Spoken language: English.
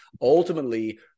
ultimately